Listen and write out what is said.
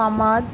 फामाद